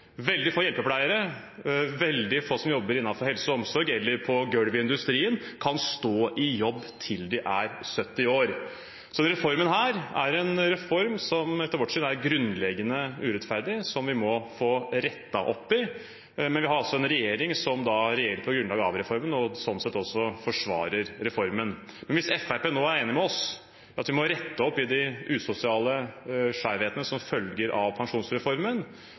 hjelpepleiere, veldig få som jobber innenfor helse- og omsorg eller på gulvet i industrien, kan stå i jobb til de er 70 år. Så denne reformen er en reform som etter vårt syn er grunnleggende urettferdig, og som vi må få rettet opp i. Men vi har en regjering som regjerer på grunnlag av reformen, og som sånn sett også forsvarer reformen. Men hvis Fremskrittspartiet nå er enig med oss i at vi må rette opp i de sosiale skjevhetene som følger av pensjonsreformen,